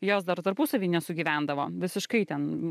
jos dar tarpusavy sugyvendavo visiškai ten